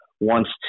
wants